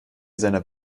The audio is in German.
seiner